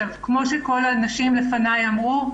כמו שכל הנשים לפני אמרו: